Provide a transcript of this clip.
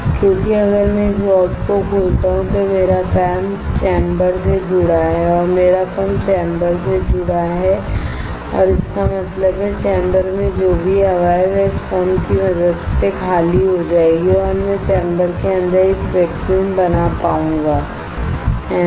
क्योंकि अगर मैं इस वाल्व को खोलता हूं तो मेरा पंप चैम्बर से जुड़ा है और इसका मतलब है चैंबर में जो भी हवा है वह इस पंप की मदद से खाली हो जाएगी और मैं चैम्बर के अंदर एक वैक्यूम बना पाऊंगा है ना